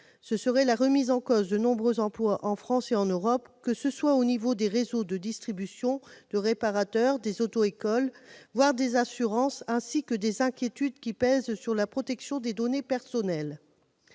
Ce serait la remise en cause de nombreux emplois en France et en Europe, au niveau des réseaux de distribution, des réparateurs, des auto-écoles, voire des assurances, sans parler des menaces qui pèsent sur la protection des données personnelles.